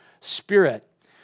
spirit